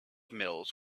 mills